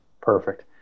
Perfect